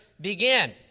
Begin